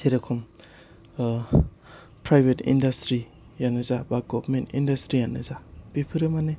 जेरेखम ओह फ्राइभेत इनदासथ्रिआनो जा बा गभमेन्त इदासथ्रियानो जा बेफोराव माने